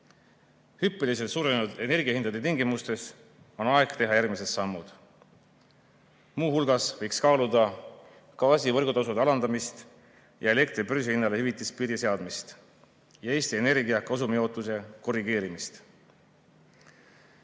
Hüppeliselt suurenenud energiahindade tingimustes on aeg teha järgmised sammud. Muu hulgas võiks kaaluda gaasi võrgutasude alandamist, elektri börsihinnale hüvitispiiri seadmist ja Eesti Energia kasumi jaotuse korrigeerimist.